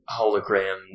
hologram